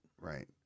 Right